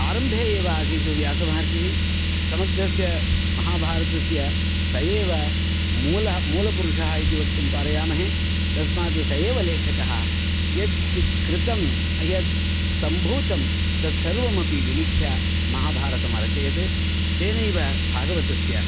आरम्भे एव आसीत् व्यासमहर्षिः समग्रस्य महाभारतस्य स एव मूल मूलपुरुषः इति वक्तुं पारयामहे तस्मात् स एव लेखकः यत् कृतं यत् सम्भूतं तत्सर्वमपि विलिख्य महाभारतम् अरचयत् तेनैव भागवतस्य